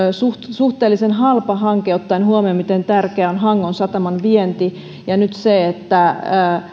suhteellisen halpa hanke ottaen huomioon sen miten tärkeää on hangon sataman vienti ja sen että nyt